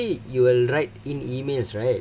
usually you will write in emails right